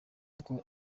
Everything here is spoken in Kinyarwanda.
nicole